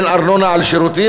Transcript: אין ארנונה על שירותים,